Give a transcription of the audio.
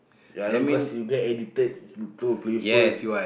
yeah I know cause you get addicted to play phone